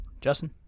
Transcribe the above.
Justin